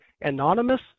anonymous